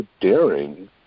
daring